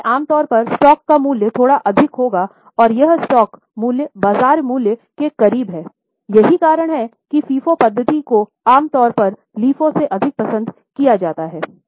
इसलिए आम तौर पर स्टॉक का मूल्य थोड़ा अधिक होगा और यह स्टॉक मूल्य बाजार मूल्य के करीब है यही कारण है कि FIFO पद्धति को आमतौर परLIFO से अधिक पसंद किया जाता है